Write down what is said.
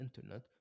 internet